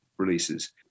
releases